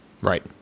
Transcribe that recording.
Right